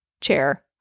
chair